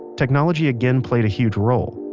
technology again played a huge role,